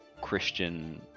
Christian